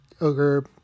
ogre